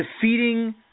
defeating